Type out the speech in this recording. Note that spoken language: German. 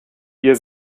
ihr